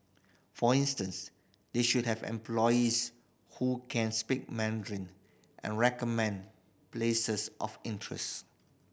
for instance they should have employees who can speak Mandarin and recommend places of interest